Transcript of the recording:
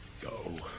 Go